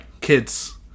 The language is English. kids